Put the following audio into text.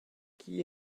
qui